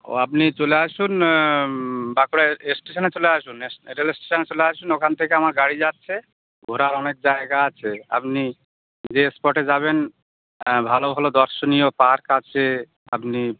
ও আপনি চলে আসুন বাঁকুড়া স্টেশনে চলে আসুন এস রেল স্টেশনে চলে আসুন ওখান থেকে আমার গাড়ি যাচ্ছে ঘোরার অনেক জায়গা আছে আপনি যে স্পটে যাবেন ভালো ভালো দর্শনীয় পার্ক আছে আপনি